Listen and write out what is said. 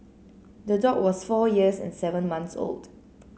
the dog was four years and seven months old